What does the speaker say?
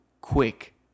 quick